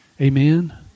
Amen